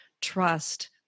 trust